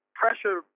pressure